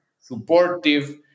supportive